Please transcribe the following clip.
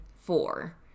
four